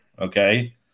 Okay